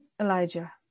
Elijah